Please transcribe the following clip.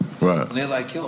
Right